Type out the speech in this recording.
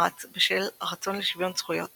שפרץ בשל הרצון לשוויון זכויות